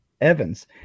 Evans